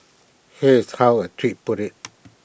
here's how A tweet puts IT